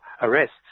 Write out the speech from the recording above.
arrests